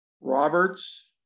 Roberts